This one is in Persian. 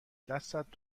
دستت